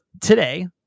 today